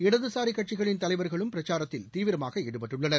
இடதுசாரி கட்சிகளின் தலைவர்களும் பிரச்சாரத்தில் தீவிரமாக ஈடுபட்டுள்ளனர்